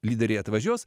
lyderiai atvažiuos